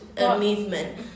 movement